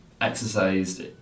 exercised